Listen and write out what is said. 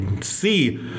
see